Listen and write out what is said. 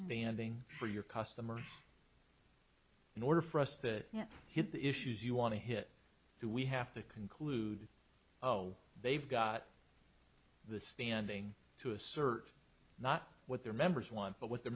standing for your customers in order for us that hit the issues you want to hit to we have to conclude oh they've got the standing to assert not what their members want but what the